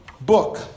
book